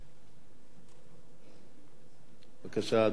בבקשה, אדוני.